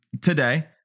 today